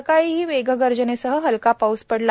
सकाळीही मेघगर्जनेसह हलका पाऊस पडला